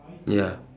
ya